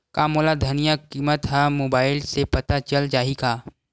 का मोला धनिया किमत ह मुबाइल से पता चल जाही का?